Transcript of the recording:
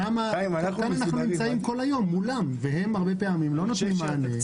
מולם אנחנו נמצאים כל היום והם הרבה פעמים לא נותנים מענה.